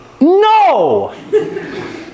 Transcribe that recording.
No